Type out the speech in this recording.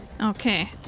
Okay